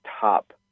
top